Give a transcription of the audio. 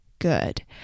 good